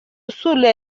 اصول